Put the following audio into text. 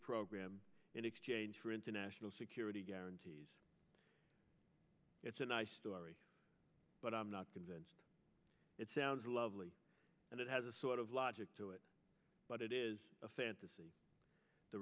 program in exchange for international security guarantees it's a nice story but i'm not convinced it sounds lovely and it has a sort of logic to it but it is a fantasy the